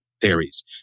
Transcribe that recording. theories